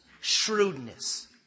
shrewdness